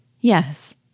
Yes